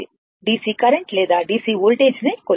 DC current లేదా DC voltage ని కొలుస్తుంది